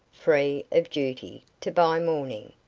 free of duty, to buy mourning.